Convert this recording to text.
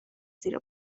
زیر